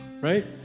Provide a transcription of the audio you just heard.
Right